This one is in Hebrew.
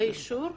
יהיה אישור?